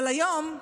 אבל היום,